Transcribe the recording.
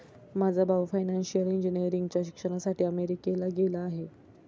माझा भाऊ फायनान्शियल इंजिनिअरिंगच्या शिक्षणासाठी अमेरिकेला गेला आहे